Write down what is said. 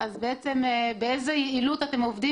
לכן אני שואלת באיזה יעילות אתם עובדים